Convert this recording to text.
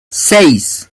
seis